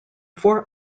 four